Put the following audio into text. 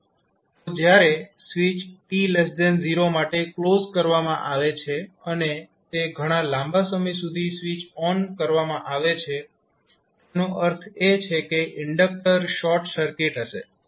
તો જ્યારે switch t0 માટે ક્લોઝ કરવામાં આવે છે અને તે ઘણાં લાંબા સમય સુધી સ્વિચ ઓન કરવામાં આવે છે તેનો અર્થ એ છે કે ઇન્ડકટર શોર્ટ સર્કિટ હશે